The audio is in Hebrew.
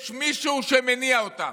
יש מישהו שמניע אותם.